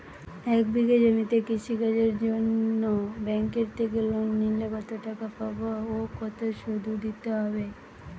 এক বিঘে জমিতে কৃষি কাজের জন্য ব্যাঙ্কের থেকে লোন নিলে কত টাকা পাবো ও কত শুধু দিতে হবে?